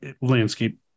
landscape